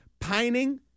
pining